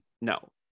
No